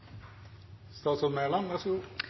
statsråd Mæland